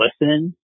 listen